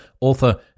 author